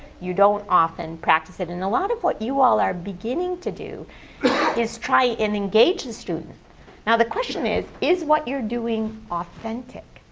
you don't often practice it. and a lot of what you all are beginning to do is try and engage the student. no the question is, is what you're doing authentic,